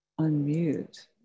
unmute